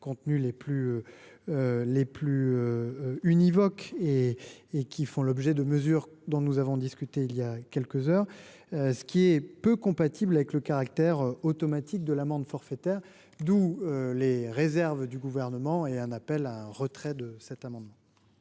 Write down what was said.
contenus les plus univoques, qui font l’objet des mesures dont nous avons discuté il y a quelques heures. C’est peu compatible avec le caractère automatique de l’amende forfaitaire. Compte tenu de ces réserves, je demande le retrait de cet amendement.